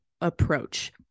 approach